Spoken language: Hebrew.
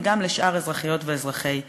וגם לשאר אזרחיות ואזרחי המדינה.